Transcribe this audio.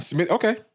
Okay